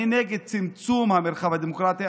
אני נגד צמצום המרחב הדמוקרטי,